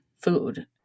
food